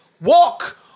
walk